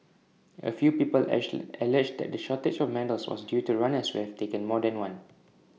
A few people age alleged that the shortage of medals was due to runners who have taken more than one